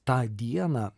tą dieną